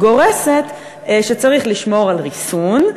גורסת שצריך לשמור על ריסון,